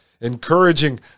encouraging